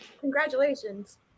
Congratulations